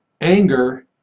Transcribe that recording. Anger